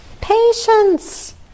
Patience